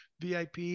VIP